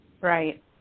Right